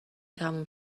تموم